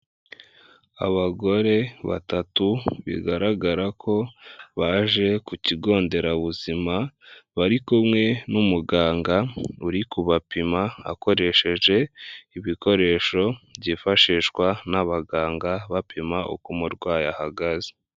Abagore batatu bigaragara ko baje ku kigo nderabuzima bari kumwe n'umuganga uri kubapima akoresheje ibikoresho byifashishwa n'abaganga bapima uko umurwayi ahagaze.